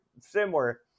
similar